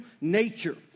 nature